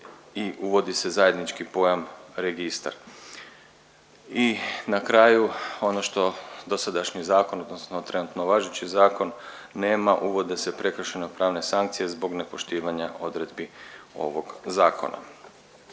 i uvodi se zajednički pojam registar. I na kraju ono što dosadašnji zakon odnosno trenutno važeći zakon nema uvode se prekršajno pravne sankcije zbog nepoštivanje odredbi ovog zakona.